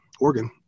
Oregon